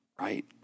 right